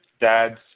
dads